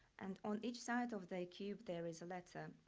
and on each side of the cube, there is a letter,